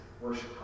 worship